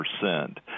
percent